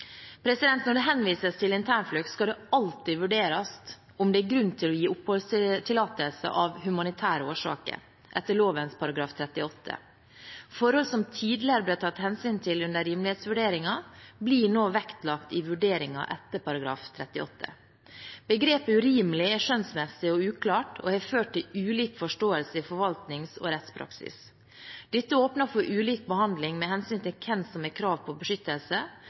Når det henvises til internflukt, skal det alltid vurderes om det er grunn til å gi oppholdstillatelse av humanitære årsaker, etter lovens § 38. Forhold som tidligere ble tatt hensyn til under rimelighetsvurderingen, blir nå vektlagt i vurderingen etter § 38. Begrepet «urimelig» er skjønnsmessig og uklart og har ført til ulik forståelse i forvaltnings- og rettspraksis. Dette åpner for ulik behandling med hensyn til hvem som har krav på beskyttelse,